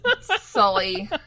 sully